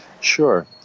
Sure